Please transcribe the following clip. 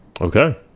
okay